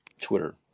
Twitter